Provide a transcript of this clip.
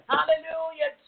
Hallelujah